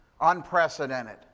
Unprecedented